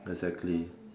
exactly